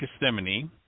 Gethsemane